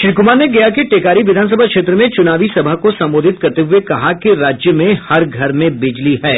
श्री कुमार ने गया के टेकारी विधानसभा क्षेत्र में चुनावी सभा को संबोधित करते हुए कहा कि राज्य में हर घर में बिजली है